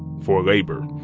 for labor.